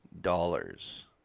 dollars